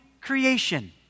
Creation